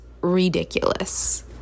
ridiculous